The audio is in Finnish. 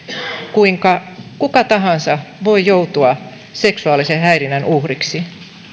kuinka kuka tahansa voi joutua seksuaalisen häirinnän uhriksi